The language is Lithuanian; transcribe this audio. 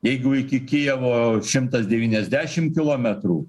jeigu iki kijevo šimtas devyniasdešim kilometrų